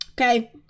okay